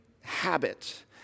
habit